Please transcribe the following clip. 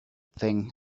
thing